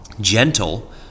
gentle